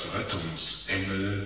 Rettungsengel